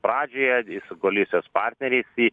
pradžioje su koalicijos partneriais